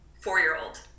four-year-old